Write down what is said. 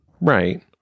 Right